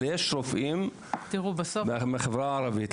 אבל יש רופאים בחברה הערבית,